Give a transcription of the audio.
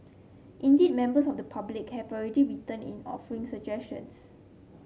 indeed members of the public have already written in offering suggestions